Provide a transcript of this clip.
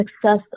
success